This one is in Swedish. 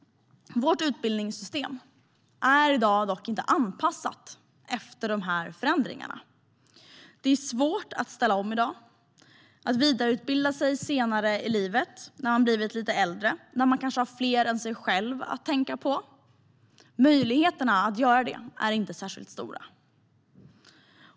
Vårt utbildningssystem är i dag dock inte anpassat efter dessa förändringar. Det är svårt att ställa om i dag och att vidareutbilda sig senare i livet när man blivit lite äldre och när man kanske har fler än sig själv att tänka på. Möjligheterna att göra det är inte särskilt stora.